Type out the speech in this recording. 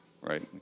right